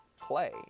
play